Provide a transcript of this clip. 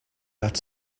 that